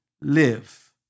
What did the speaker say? live